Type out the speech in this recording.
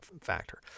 factor